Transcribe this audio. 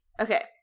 Okay